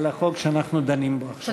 על החוק שאנחנו דנים בו עכשיו.